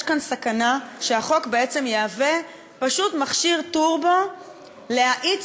יש כאן סכנה שהחוק בעצם יהווה פשוט מכשיר טורבו להאיץ